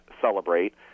celebrate